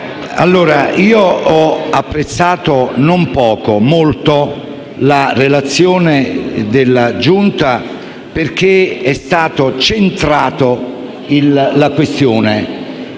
Presidente, ho apprezzato, non poco ma molto, la relazione della Giunta perché è stata centrata la questione.